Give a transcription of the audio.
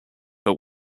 but